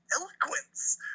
eloquence